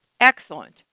Excellent